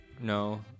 no